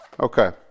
Okay